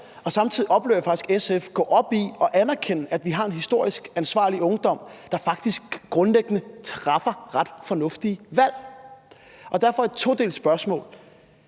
Og samtidig oplever jeg faktisk SF gå op i og anerkende, at vi har en historisk ansvarlig ungdom, der grundlæggende træffer ret fornuftige valg. Derfor er mit spørgsmål